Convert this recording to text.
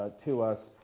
ah to us?